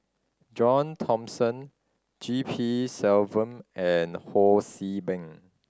John Thomson G P Selvam and Ho See Beng